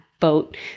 boat